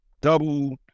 double